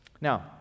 Now